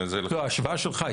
ההשוואה שלך,